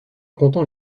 comptant